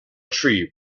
tree